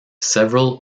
several